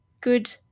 good